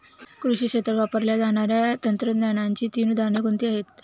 कृषी क्षेत्रात वापरल्या जाणाऱ्या तंत्रज्ञानाची तीन उदाहरणे कोणती आहेत?